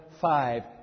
five